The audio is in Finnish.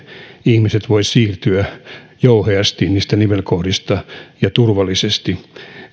ihmiset voisivat siirtyä niistä nivelkohdista jouhevasti ja turvallisesti